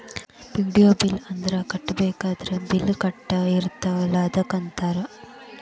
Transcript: ಪೆ.ಡಿ.ಯು bills ಅಂದ್ರ ಕಟ್ಟಬೇಕಾಗಿದ್ದ bill ಕಟ್ಟದ ಇರ್ತಾವಲ ಅದಕ್ಕ ಅಂತಾರ